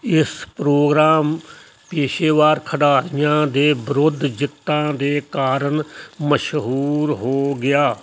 ਇਸ ਪ੍ਰੋਗਰਾਮ ਪੇਸ਼ੇਵਰ ਖਿਡਾਰੀਆਂ ਦੇ ਵਿਰੁੱਧ ਜਿੱਤਾਂ ਦੇ ਕਾਰਨ ਮਸ਼ਹੂਰ ਹੋ ਗਿਆ